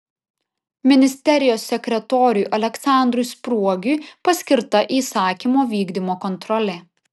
ministerijos sekretoriui aleksandrui spruogiui paskirta įsakymo vykdymo kontrolė